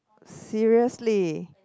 seriously